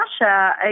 Russia